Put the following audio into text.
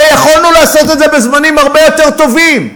הרי יכולנו לעשות את זה בזמנים הרבה יותר טובים.